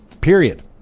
period